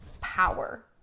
power